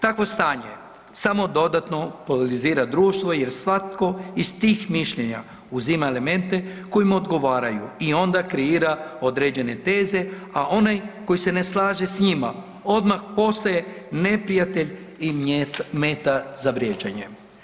Takvo stanje samo dodatno … društvo jer svatko iz tih mišljenja uzima elemente koji mu odgovaraju i onda kreira određene teze, a onaj koji se ne slaže s njima odmah postaje neprijatelj i meta za vrijeđanje.